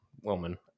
woman